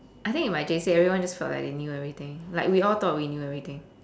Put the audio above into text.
I think in my J_C everyone just felt like they knew everything like we all thought we knew everything